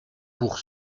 pour